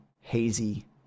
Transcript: hazy